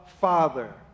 Father